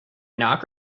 knock